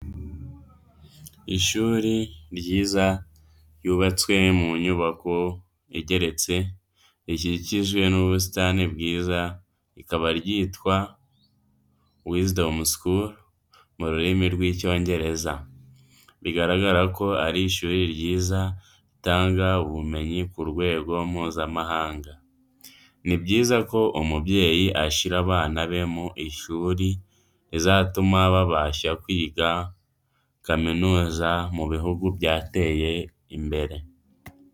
Ishuri ryiza ryubatswe mu nyubako igeretse, rikikijwe n'ubusitani bwiza rikaba ryitwa Wisdom school mu rurimi rw'Icyongereza. Biragaragara ko ari ishuri ryiza ritanga ubumenyi ku rwego mpuzamahanga. Ni byiza ko umubyeyi ashyira abana be mu ishuri rizatuma babasha kwiga kaminuza mu bihugu byateye imbere.